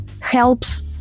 helps